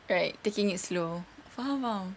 right taking it slow faham faham